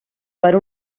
per